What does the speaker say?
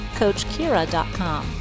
coachkira.com